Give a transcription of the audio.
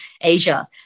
Asia